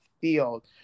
field